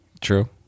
True